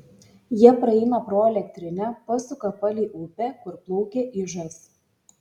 jie praeina pro elektrinę pasuka palei upę kur plaukia ižas